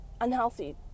unhealthy